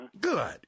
Good